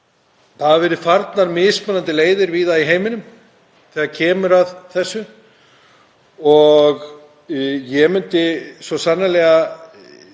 Það hafa verið farnar mismunandi leiðir víða í heiminum þegar kemur að þessu og ég myndi svo sannarlega,